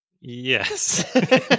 yes